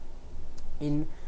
in